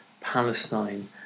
Palestine